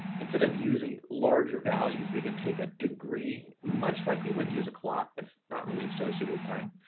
instead of using larger values, we can take a degree, much like we would use a clock but not really associated with time,